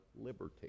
liberty